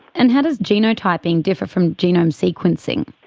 and how does genotyping differ from genome sequencing?